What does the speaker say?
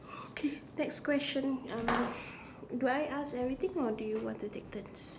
okay next question um do I ask everything or do you want to take turns